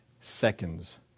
seconds